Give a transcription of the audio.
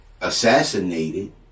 assassinated